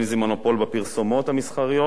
בין שזה מונופול בפרסומות המסחריות,